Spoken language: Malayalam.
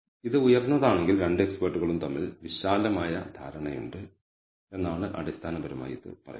ഇത് ഉയർന്നതാണെങ്കിൽ രണ്ട് എക്സ്പെർട്ടുകളും തമ്മിൽ വിശാലമായ ധാരണയുണ്ട് എന്നാണ് അടിസ്ഥാനപരമായി ഇത് പറയുന്നത്